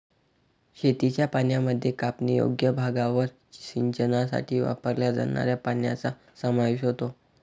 शेतीच्या पाण्यामध्ये कापणीयोग्य भागावर सिंचनासाठी वापरल्या जाणाऱ्या पाण्याचा समावेश होतो